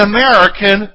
American